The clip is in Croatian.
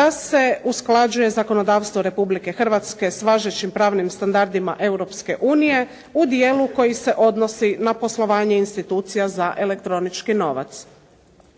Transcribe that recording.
da se usklađuje zakonodavstvo Republike Hrvatske s važećim pravnim standardima Europske unije u dijelu koji se odnosi na poslovanje institucija za elektronički novac.